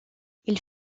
ils